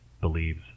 believes